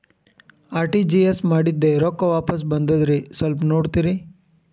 RTGS ಮಾಡಿದ್ದೆ ರೊಕ್ಕ ವಾಪಸ್ ಬಂದದ್ರಿ ಸ್ವಲ್ಪ ನೋಡ್ತೇರ?